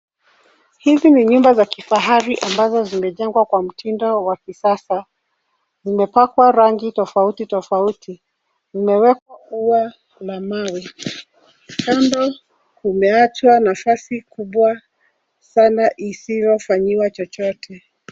Hizi ni nyumba za kifahari ambazo zimejengwa kwa mtindo wa kisasa. Zimepakwa rangi tofauti tofauti. Umewekwa ua la mawe. Kando kumeachwa nafasi kubwa sana isiyofanyiwa chochote.